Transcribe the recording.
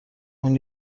اون